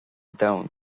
domhan